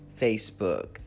Facebook